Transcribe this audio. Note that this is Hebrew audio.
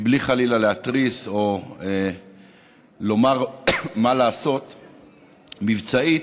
בלי חלילה להתריס או לומר מה לעשות מבצעית,